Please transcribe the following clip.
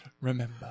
remember